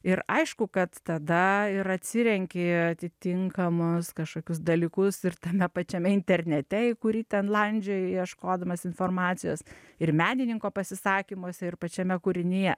ir aišku kad tada ir atsirenki atitinkamos kažkokius dalykus ir tame pačiame internete į kurį ten landžioji ieškodamas informacijos ir menininko pasisakymuose ir pačiame kūrinyje